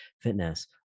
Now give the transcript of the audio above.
fitness